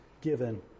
given